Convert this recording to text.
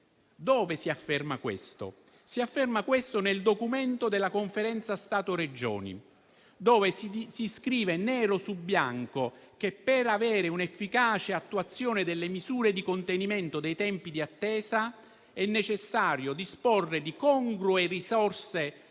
Dove si afferma questo? Lo si afferma nel documento della Conferenza Stato-Regioni, dove si scrive nero su bianco che, per avere un'efficace attuazione delle misure di contenimento dei tempi di attesa, è necessario disporre di congrue risorse